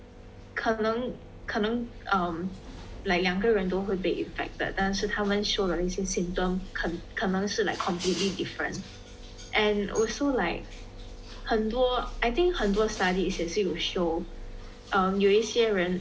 可能可能 um like 两个人都会被 infected 但是他们 show 的那些 symptom 肯可能是 like completely different and also like 很多 I think 很多 study is 也是有 show um 有一些人